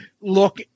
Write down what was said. look